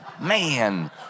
man